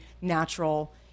natural